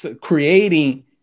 creating